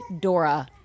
dora